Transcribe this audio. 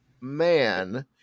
Man